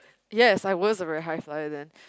yes I was a red hi five there